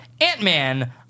Ant-Man